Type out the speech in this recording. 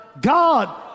God